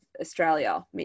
Australia